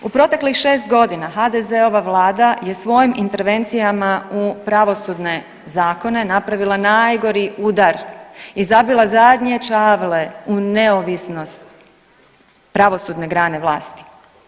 U proteklih 6 godina, HDZ-ova Vlada je svojim intervencijama u pravosudne zakone napravila najgori udar i zabila zadnje čavle u neovisnost pravosudne grane vlasti.